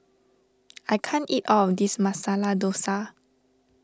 I can't eat all of this Masala Dosa